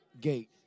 gate